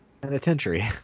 Penitentiary